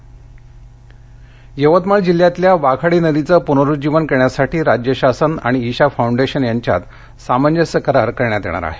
यवतमाळ यवतमाळ जिल्ह्यातल्या वाघाडी नदीचं पुनरुज्जीवन करण्यासाठी राज्य शासन आणि इशा फाऊंडेशन यांच्यात सामंजस्य करार करण्यात येणार आहे